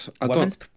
Women's